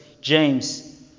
James